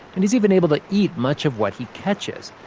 and he's even able to eat much of what he catches.